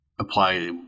apply